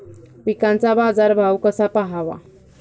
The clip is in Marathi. पिकांचा बाजार भाव कसा पहावा?